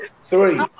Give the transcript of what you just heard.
Three